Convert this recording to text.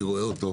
אני רואה אותו.